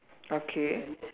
okay